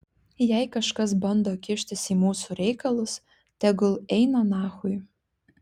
jei kažkas bando kištis į mūsų reikalus tegul eina nachui